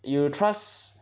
you will trust